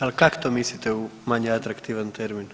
Al kak to mislite u manje atraktivan termin?